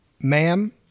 Ma'am